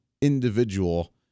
individual